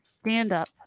stand-up